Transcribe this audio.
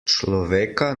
človeka